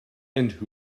and